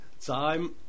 Time